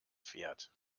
pferd